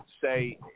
say